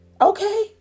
Okay